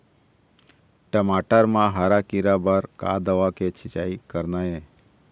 टमाटर म हरा किरा बर का दवा के छींचे करना ये?